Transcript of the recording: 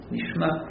Nishma